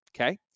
Okay